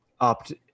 opt